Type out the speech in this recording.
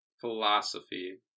philosophy